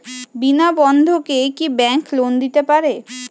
বিনা বন্ধকে কি bank loan দিতে পারে?